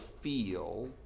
feel